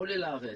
עולה לארץ.